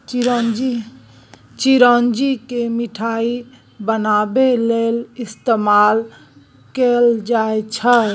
चिरौंजी केँ मिठाई बनाबै लेल इस्तेमाल कएल जाई छै